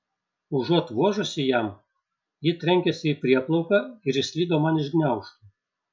užuot vožusi jam ji trenkėsi į prieplauką ir išslydo man iš gniaužtų